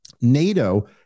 NATO